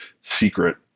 secret